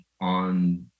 on